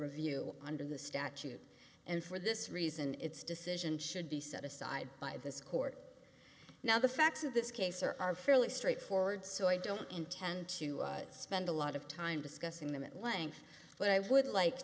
review under the statute and for this reason its decision should be set aside by this court now the facts of this case are are fairly straightforward so i don't intend to spend a lot of time discussing them at length but i would like